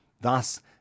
Thus